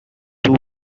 two